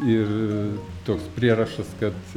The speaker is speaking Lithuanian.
ir toks prierašas kad